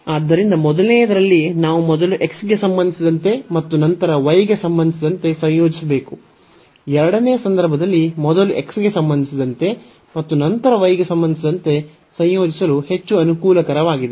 ಆದ್ದರಿಂದ ಮೊದಲನೆಯದರಲ್ಲಿ ನಾವು ಮೊದಲು x ಗೆ ಸಂಬಂಧಿಸಿದಂತೆ ಮತ್ತು ನಂತರ y ಗೆ ಸಂಬಂಧಿಸಿದಂತೆ ಸಂಯೋಜಿಸಬೇಕು ಎರಡನೆಯ ಸಂದರ್ಭದಲ್ಲಿ ಮೊದಲು x ಗೆ ಸಂಬಂಧಿಸಿದಂತೆ ಮತ್ತು ನಂತರ y ಗೆ ಸಂಬಂಧಿಸಿದಂತೆ ಸಂಯೋಜಿಸಲು ಹೆಚ್ಚು ಅನುಕೂಲಕರವಾಗಿದೆ